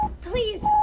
please